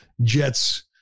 Jets